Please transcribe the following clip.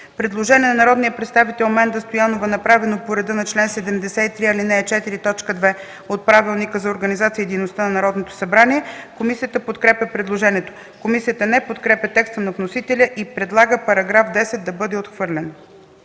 Предложение на народния представител Менда Стоянова, направено по реда на чл. 73, ал. 4, т. 2 от Правилника за организацията и дейността на народните представители. Комисията подкрепя предложението. Комисията не подкрепя текста на вносителя и предлага § 10 да бъде отхвърлен.